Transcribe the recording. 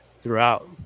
throughout